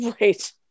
right